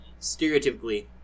stereotypically